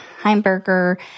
Heimberger